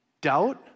doubt